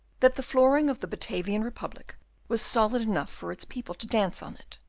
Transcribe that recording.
that the flooring of the batavian republic was solid enough for its people to dance on it,